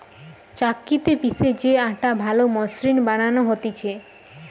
চাক্কিতে পিষে যে আটা ভালো মসৃণ বানানো হতিছে